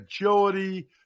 agility